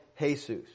Jesus